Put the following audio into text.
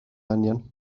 angen